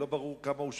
לא ברור כמה הוא שפוי,